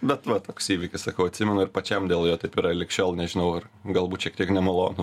bet va toks įvykis sakau atsimenu ir pačiam dėl jo taip yra lig šiol nežinau ar galbūt šiek tiek nemalonu